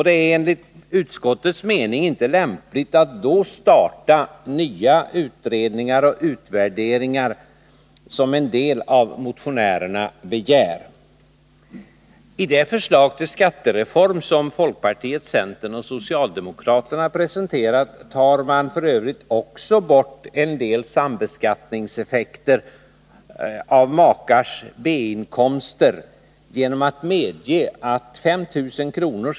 Det är enligt utskottets mening inte lämpligt att då starta nya utredningar och utvärderingar, som en del av motionärerna begär. I det förslag till skattereform som folkpartiet, centern och socialdemokraterna presenterat tar man f. ö. också bort en del sambeskattningseffekter av makars B-inkomster genom att medge att 5 000 kr.